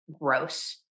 gross